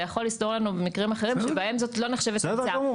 יכול לסתור לנו מקרים אחרים בהם זאת לא נחשבת המצאה.